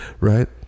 Right